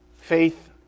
faith